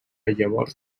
llavors